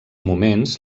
moments